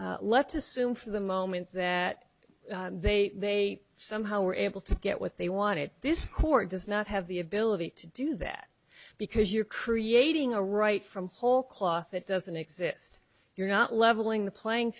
to let's assume for the moment that they somehow were able to get what they wanted this court does not have the ability to do that because you're creating a right from whole cloth that doesn't exist you're not leveling the playing